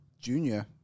junior